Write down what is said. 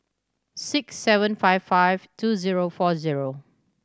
six seven five five two zero four zero